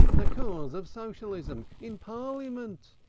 the cause of socialism, in parliament.